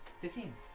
Fifteen